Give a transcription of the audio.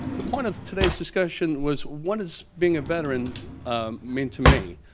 the point of today's discussion was what is being a veteran mean to me?